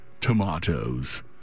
tomatoes